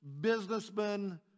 businessmen